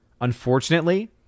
unfortunately